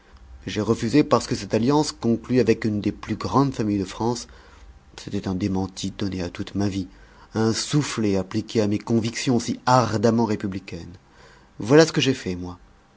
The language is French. j'ai refusé parce que cette alliance conclue avec une des plus grandes familles de france c'était un démenti donné à toute ma vie un soufflet appliqué à mes convictions si ardemment républicaines voilà ce que j'ai fait moi